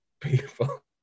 people